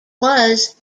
was